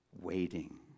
waiting